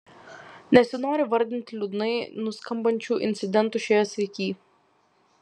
nesinori vardinti liūdnai nuskambančių incidentų šioje srityj